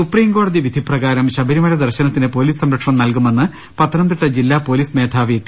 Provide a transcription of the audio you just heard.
സുപ്രിംകോടതി വിധി പ്രകാരം ശബരിമല ദർശനത്തിന് പോലീസ് സംരക്ഷ ണം നൽകുമെന്ന് പത്തനംതിട്ട ജില്ലാ പോലീസ് മേധാവി ടി